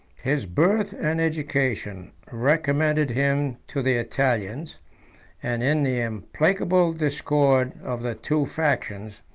his birth and education recommended him to the italians and in the implacable discord of the two factions,